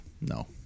no